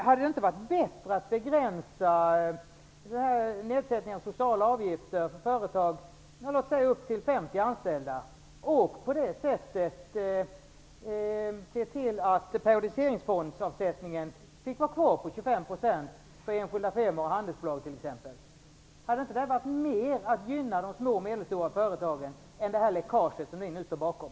Hade det inte varit bättre att begränsa nedsättningen av de sociala avgifterna för företag med upp till 50 anställda och på det sättet se till att periodiseringsfondavsättningen fick ligga kvar på 25 % för enskilda firmor och handelsbolag? Hade man då inte mera gynnat små och medelstora företag än det "läckage" som ni nu står bakom?